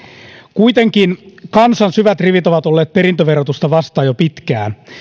kuitenkin kansan syvät rivit ovat olleet perintöverotusta vastaan jo pitkään